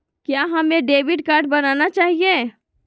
क्या हमें debit card बनाना चाहिए?